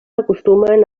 acostumen